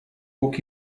buc